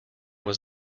was